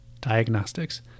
Diagnostics